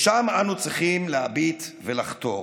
לשם אנו צריכים להביט ולחתור.